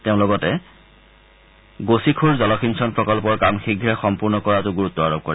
তেওঁ লগতে গোচিখুড় জলসিঞ্চন প্ৰকল্পৰ কাম শীঘ্ৰে সম্পূৰ্ণ কৰাৰ ওপৰতো গুৰুত্ আৰোপ কৰে